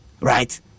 right